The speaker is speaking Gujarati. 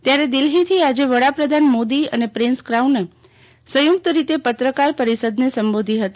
ત્યારે દિલ્હીથી આજે વડાપ્રધાન મોદી અને પ્રિન્સ ક્રાઉને સંયૂકત રીતે પત્રકાર પરિષદને સંબોધી હતી